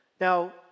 Now